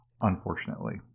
unfortunately